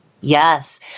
Yes